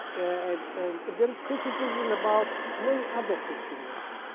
and and there is criticism about many other things in iran.